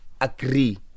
agree